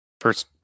First